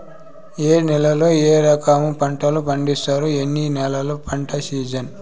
ఏ నేలల్లో ఏ రకము పంటలు పండిస్తారు, ఎన్ని నెలలు పంట సిజన్?